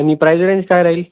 आणि price range काय राहील